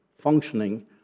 functioning